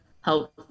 help